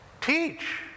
teach